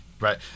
Right